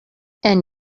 and